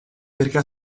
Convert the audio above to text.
perché